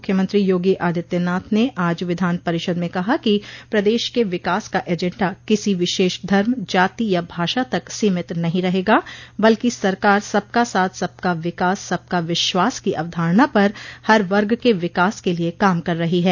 मुख्यमंत्री योगी आदित्यनाथ ने आज विधान परिषद में कहा कि प्रदेश के विकास का एजेंडा किसी विशेष धर्म जाति या भाषा तक सीमित नहीं रहेगा बल्कि सरकार सबका साथ सबका विकास सबका विश्वास की अवधारणा पर हर वर्ग के विकास के लिये काम कर रही है